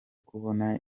kubona